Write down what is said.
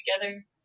together